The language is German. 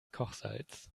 kochsalz